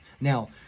Now